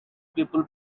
people